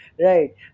Right